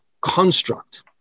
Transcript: construct